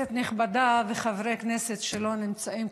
כנסת נכבדה וחברי כנסת שלא נמצאים,